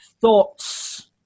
thoughts